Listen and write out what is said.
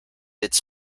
its